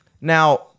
Now